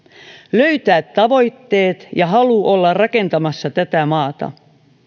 löytää tavoitteet ja halu olla rakentamassa tätä maata